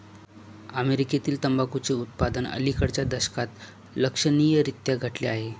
अमेरीकेतील तंबाखूचे उत्पादन अलिकडच्या दशकात लक्षणीयरीत्या घटले आहे